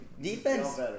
Defense